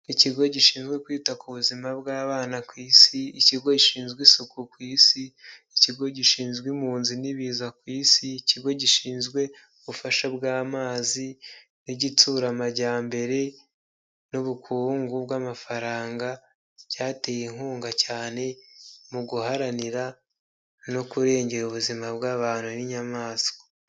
Ikigo gishinzwe kwita ku buzima bw'abana ku isi, ikigo gishinzwe isuku ku isi, ikigo gishinzwe impunzi n'ibiza ku isi, ikigo gishinzwe ubufasha bw'amazi, n'igitsura amajyambere n'ubukungu bw'amafaranga, cyateye inkunga cyane mu guharanira no kurengera ubuzima bw'abantu n'inyamaswa.